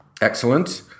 Excellent